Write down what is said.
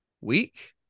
week